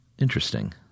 Interesting